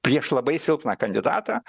prieš labai silpną kandidatą